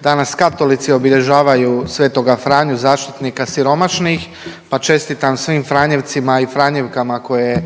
danas katolici obilježavaju Svetoga Franju zaštitnika siromašnih pa čestitam svim franjevcima i franjevcima koje